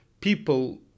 people